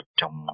trong